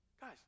Guys